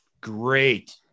great